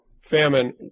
Famine